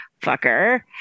fucker